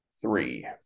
Three